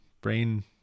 brain